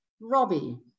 Robbie